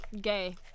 gay